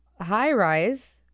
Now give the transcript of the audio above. high-rise